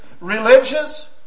religious